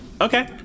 Okay